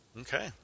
okay